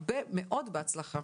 הרבה מאוד בהצלחה.